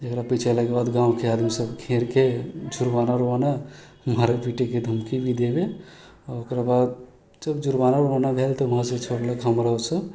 जेकरा पीचेलाके बाद गाँवके आदमी सब घेरके जुर्माना उर्माना मारै पीटैके धमकी भी देबै आओर ओकरा बाद जब जुर्माना उर्माना भेल तऽ वहाँसँ छोड़लक हमरो से